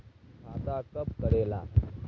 खाता कब करेला?